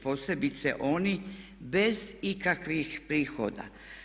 Posebice oni bez ikakvih prihoda.